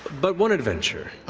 but one adventure.